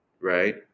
right